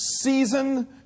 season